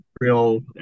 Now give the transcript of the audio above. real